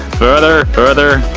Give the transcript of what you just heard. further, further!